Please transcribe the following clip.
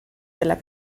della